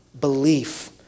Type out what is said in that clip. Belief